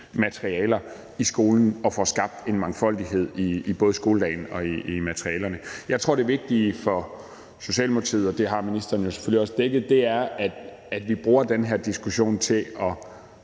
materialer i skolen og får skabt en mangfoldighed i både skoledagen og i materialerne. Jeg tror, det vigtige for Socialdemokratiet – og det har ministeren jo selvfølgelig også dækket – er, at vi bruger den her diskussion til at